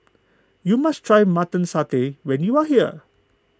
you must try Mutton Satay when you are here